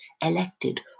elected